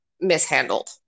mishandled